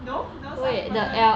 no no such person